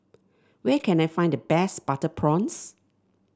where can I find the best Butter Prawns